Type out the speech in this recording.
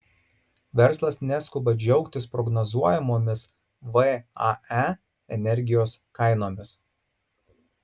verslas neskuba džiaugtis prognozuojamomis vae energijos kainomis